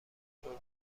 اینطور